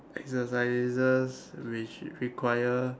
exercises which require